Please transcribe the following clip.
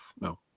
no